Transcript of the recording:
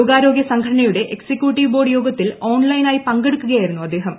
ലോകാരോഗ്യ സംഘടനയുടെ executive board യോഗത്തിൽ ഓൺലൈനായി പങ്കെടുക്കുകയായിരുന്നു അദ്ദേഹം